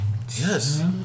Yes